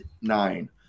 nine